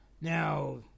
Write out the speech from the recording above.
Now